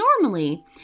Normally